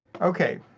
Okay